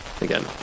again